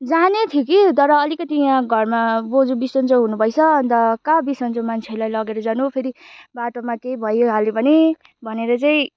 जाने थियो कि तर अलिकति यहाँ घरमा बोजू बिसन्चो हुनु भएछ अन्त कहाँ बिसन्चो मान्छेलाई लगेर जानु फेरि बाटोमा केही भइहाल्यो भने भनेर चाहिँ